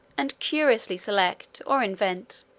and curiously select, or invent,